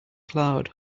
cloud